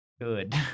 good